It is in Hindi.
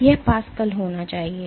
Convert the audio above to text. तो यह पास्कल होना चाहिए